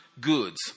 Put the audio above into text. goods